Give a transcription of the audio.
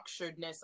structuredness